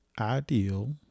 ideal